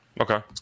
okay